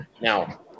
Now